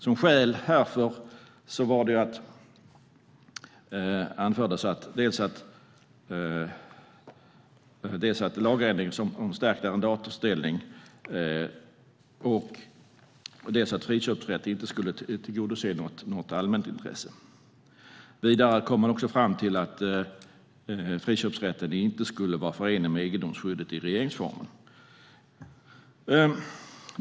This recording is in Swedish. Som skäl härför anfördes att lagändringen om stärkt arrendatorsställning och om friköpsrätt inte skulle tillgodose något allmänintresse. Vidare kom man också fram till att friköpsrätten inte skulle vara förenlig med egendomsskyddet i regeringsformen.